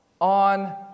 on